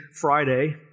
Friday